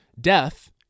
Death